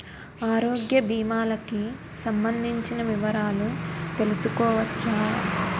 ఆరోగ్య భీమాలకి సంబందించిన వివరాలు తెలుసుకోవచ్చా?